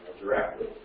directly